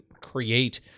create